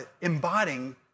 embodying